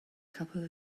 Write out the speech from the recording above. cafodd